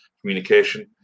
communication